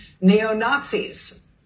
neo-Nazis